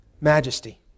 Majesty